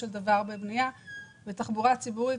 ותחבורה ציבורית,